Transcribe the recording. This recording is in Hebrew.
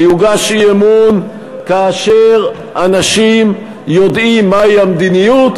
שיוגש אי-אמון כאשר אנשים יודעים מהי המדיניות,